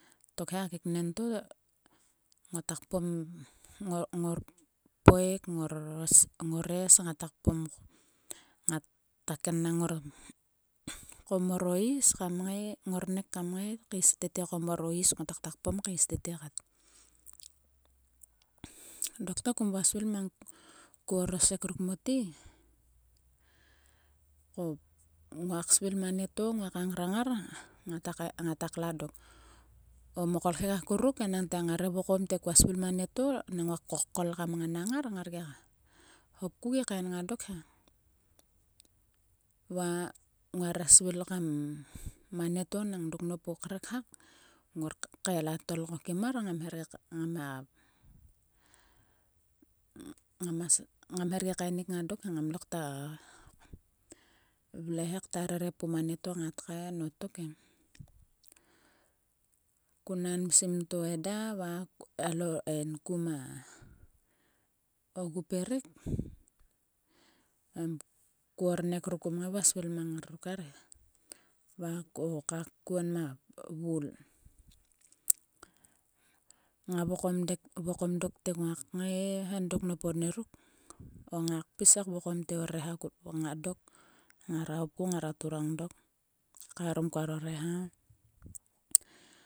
Tokhe a keknen to ngota kpom ngorpeik. ngores ngata kpom. Ngata kennang mor ko mor o is ngornek kam ngai kaes ko mor o is ngoto kpom kaes tete kat. Dokta kom vua svil mang ko orosek ruk mote. Ko nguak svil mang anieto nguaka ngrang ngar. Ngata klang dok. O mo kolkhek akuruk ngare vokom te kua svil mang anieto nang nguak kokol kam mnganang ngar svilkam. ma nieto nang dok nop o krek hak. Ngor kael a tol ko kim mar. Ngam her gia ngama. ngam her gi kaenik ngang dokhe. Ngam lokta vle he krere pum anieto ngat kaen o tok e. Ko nan msim to eda va vaalo edo enku ma. ogu puirik em ko ornek ruk kum vua svil mang ngar ruk arhe. Va ko kak tkuo va vul. Ngak vokom do te nguak ngai he dok nop o nieruk. O ngak pis he kvokom te o reha kuo ma dok. Ngara hopku ngara turang dok. Kaeharom koaro ngaiha.